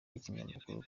y’ikinyamakuru